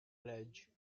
ledge